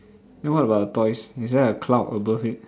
then what about the toys is there a cloud above it